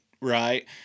Right